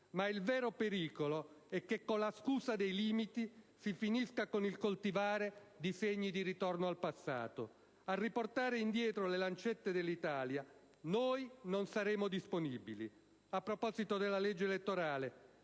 l'autentico pericolo è che, con la scusa dei limiti, si finisca con il coltivare disegni di ritorno al passato. A riportare indietro le lancette dell'Italia noi non saremo disponibili. A proposito della legge elettorale,